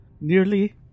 Nearly